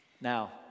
Now